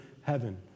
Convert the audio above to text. heaven